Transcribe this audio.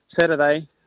Saturday